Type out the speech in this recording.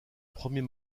premiers